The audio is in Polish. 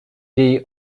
jej